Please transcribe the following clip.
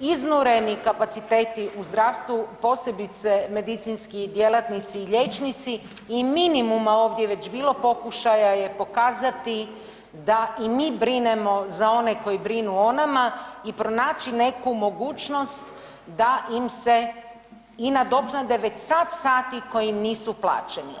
iznureni kapaciteti u zdravstvu, posebice medicinski djelatnici i liječnici i minimuma ovdje je već bilo pokušaja je pokazati da i mi brinemo za one koji brinu o nama i pronaći neku mogućnost da im se i nadoknade već sad sati koji im nisu plaćeni.